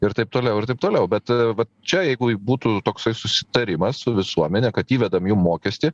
ir taip toliau ir taip toliau bet va čia jeigu būtų toksai susitarimas su visuomene kad įvedam jum mokestį